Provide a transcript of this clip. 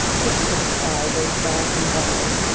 picture the sky both dark and wild,